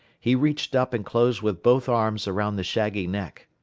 he reached up and closed with both arms around the shaggy neck.